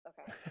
okay